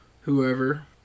whoever